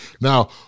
Now